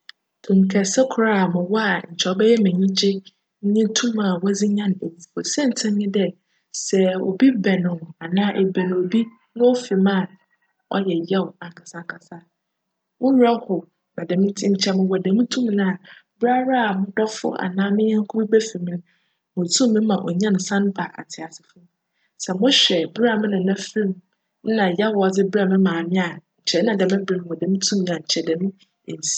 Tum kjse kor a nkyj mowc a cbjyj me enyigye nye tum a wcdze nyan owufo siantsir nye dj, sj obi bjn wo anaa ebjn obi na ofi mu a, cyj yaw ankasa ankasa. Wo werj how ma djm ntsi nkyj sj mowc djm tum no a, ber ara mo dcfo anaa me nyjnko bi befi mu no, mutum me ma onyan san ba atseasefo mu. Sj mohwj ber a me nana fir mu na yaw a cdze berj me maame a, nkyj nna djm ber no mowc djm tum no a, nkyj djm ennsi.